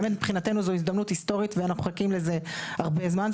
באמת מבחינתנו זה הזדמנות היסטורית ואנחנו מחכים לזה הרבה זמן.